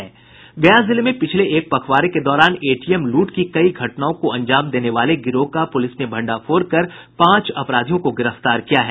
गया जिले में पिछले एक पखवाड़े के दौरान एटीएम लूट की कई घटनाओं को अंजाम देने वाले गिरोह का पुलिस ने भंडाफोड़ कर पांच अपराधियों को गिरफ्तार किया है